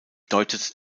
deutet